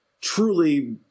truly